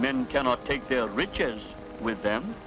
men cannot take their riches with them